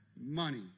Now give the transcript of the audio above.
money